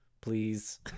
please